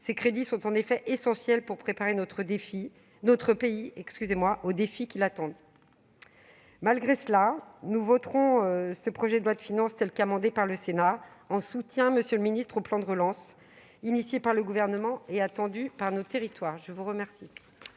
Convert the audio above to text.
Ces crédits sont en effet essentiels pour préparer notre pays aux défis qui l'attendent. Malgré cela, nous voterons le projet de loi de finances pour 2021, tel qu'il a été amendé par le Sénat, en soutien, monsieur le ministre, au plan de relance prévu par le Gouvernement et attendu par nos territoires. La parole